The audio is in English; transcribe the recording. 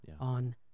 on